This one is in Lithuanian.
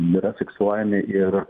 yra fiksuojami ir